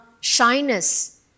shyness